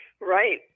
right